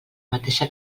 mateixa